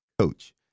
coach